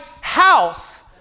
house